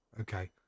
okay